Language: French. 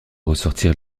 ressortir